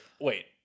wait